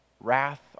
wrath